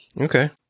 Okay